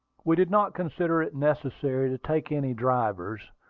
we did not consider it necessary to take any drivers,